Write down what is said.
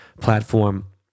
platform